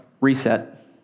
Reset